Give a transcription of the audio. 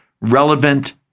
relevant